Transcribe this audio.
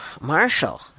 Marshall